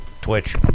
Twitch